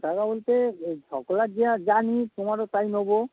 টাকা বলতে সকলের যে জানি তোমারও তাই নোবো